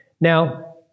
Now